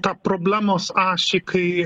tą problemos ašį kai